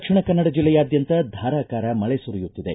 ದಕ್ಷಿಣ ಕನ್ನಡ ಜಿಲ್ಲೆಯಾದ್ಯಂತ ಧಾರಾಕಾರ ಮಳೆ ಸುರಿಯುತ್ತಿದೆ